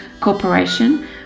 Corporation